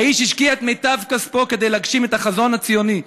האיש השקיע את מיטב כספו כדי להגשים את החזון הציוני.